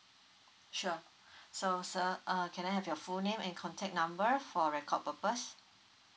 sure so sir uh can I have your full name and contact number for record purpose